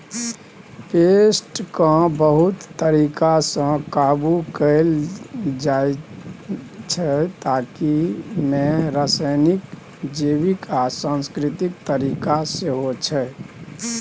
पेस्टकेँ बहुत तरीकासँ काबु कएल जाइछै ताहि मे रासायनिक, जैबिक आ सांस्कृतिक तरीका सेहो छै